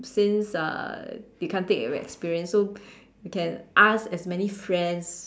since uh they can't take away experience so you can ask as many friends